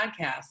podcast